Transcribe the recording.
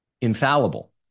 infallible